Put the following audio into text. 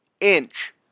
inch